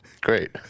Great